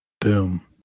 Boom